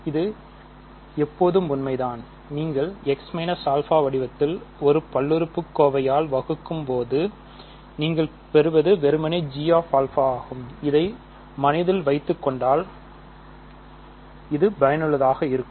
இது எப்போதும் உண்மைதான் நீங்கள் x α வடிவத்தின் ஒரு பல்லுறுப்புக்கோவையால் வகுக்கும்போது நீங்கள் பெறுவது வெறுமனே g ஆகும் இதை மனதில் வைத்துக்கொண்டால்இது பயனுள்ளதாக இருக்கும்